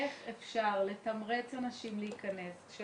איך אפשר לתמרץ אנשים להיכנס?